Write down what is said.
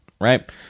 Right